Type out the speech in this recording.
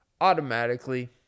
automatically